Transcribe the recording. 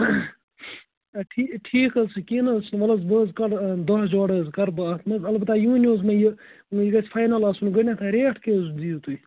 اَدٕ ٹھیٖک ٹھیٖک حظ چھُ کیٚنٛہہ نہَ حظ چھُنہٕ وَلہٕ حظ بہٕ حظ کَڈٕ دۄہ جورا کَڈٕ بہٕ اَتھ منٛز البتہ یہِ ؤنِو حظ مےٚ یہِ یہِ گژھِ فایِنَل آسُن گۄڈٕنٮ۪تھٕے ریٹ کیٛاہ حظ دِیو تُہۍ